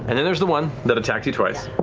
and then there's the one that attacked you twice.